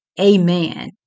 Amen